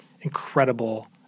incredible